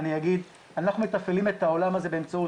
אנחנו מתפעלים את העולם הזה באמצעות,